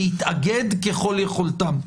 להתאגד ככל יכולתם.